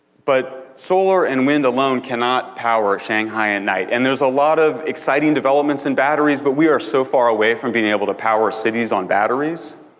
but solar and wind alone cannot power shanghai at and night, and there's a lot of exciting development in batteries, but we're so far away from being able to power cities on batteries.